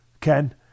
Ken